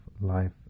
life